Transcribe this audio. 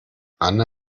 anne